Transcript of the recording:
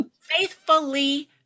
Faithfully